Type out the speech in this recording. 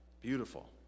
Beautiful